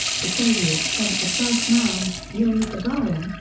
the soviets sent the first man, yuri gagarin,